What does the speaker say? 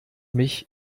mich